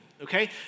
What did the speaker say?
okay